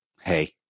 hey